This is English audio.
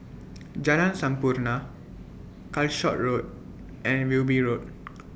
Jalan Sampurna Calshot Road and Wilby Road